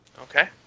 Okay